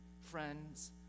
friends